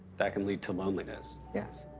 that can lead to loneliness. yes.